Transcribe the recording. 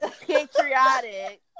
patriotic